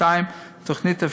2. התוכנית אפשריבריא,